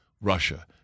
Russia